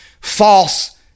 false